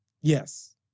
Yes